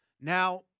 Now